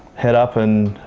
head up and